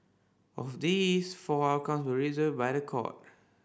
of these four outcomes reversed by the court